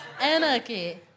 Anarchy